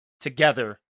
together